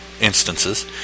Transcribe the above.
instances